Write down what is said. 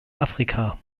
afrika